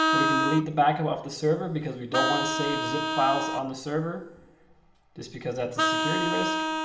we can delete the back of off the server because we don't want to save zip files on the server just because that's a security risk.